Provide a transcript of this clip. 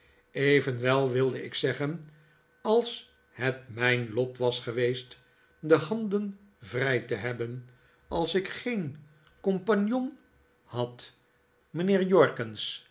evenwel wilde ik zeggen als het mijn lot was geweest de handen vrij te hebben als ik geen compagnon de onverbiddelijke jorkins